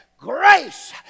Grace